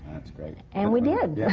that's great. and we did!